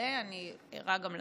אני ערה גם לזמן.